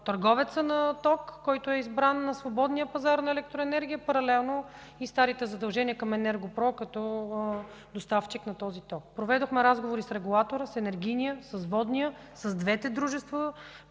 търговеца на ток, който е избран на свободния пазар на електроенергия, паралелно и старите задължения към ЕНЕРГО-ПРО като доставчик на този ток. Проведохме разговори с енергийния регулатор, с водния, с двете дружества,